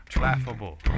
Laughable